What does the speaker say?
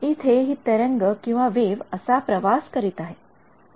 इथे हि तरंगवेव्ह असा प्रवास करत आहे